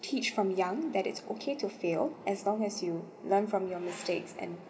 teach from young that it's okay to fail as long as you learn from your mistakes and